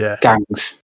gangs